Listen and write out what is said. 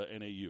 NAU